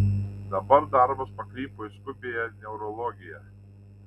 dabar darbas pakrypo į skubiąją neurologiją